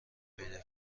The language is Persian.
پیدا